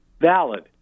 valid